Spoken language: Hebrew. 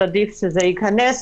עדיף שזה ייכנס